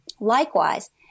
Likewise